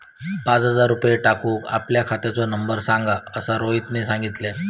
पाच हजार रुपये टाकूक आपल्या खात्याचो नंबर सांग असा रोहितने सांगितल्यान